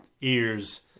ears